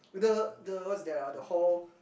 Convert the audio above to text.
the the what's that ah the hall